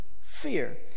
fear